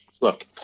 Look